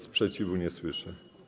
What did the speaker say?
Sprzeciwu nie słyszę.